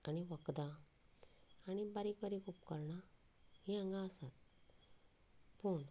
आनी वखदां आनी बारीक बारीक उपकरणां हीं हांगा आसात पूण